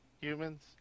Humans